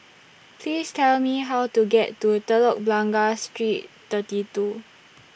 Please Tell Me How to get to Telok Blangah Street thirty two